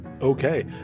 Okay